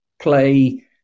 play